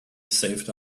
saved